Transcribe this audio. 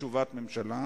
מי שמצביע בעד,